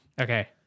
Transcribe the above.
okay